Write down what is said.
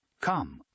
Come